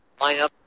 lineup